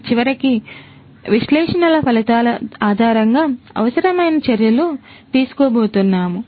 చివరకు విశ్లేషణల ఫలితాల ఆధారంగా అవసరమైన చర్యలు తీసుకోబోతున్నాము